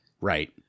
Right